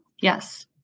Yes